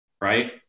right